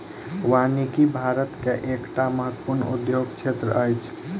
वानिकी भारत के एकटा महत्वपूर्ण उद्योग क्षेत्र अछि